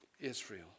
Israel